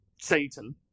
Satan